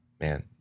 Man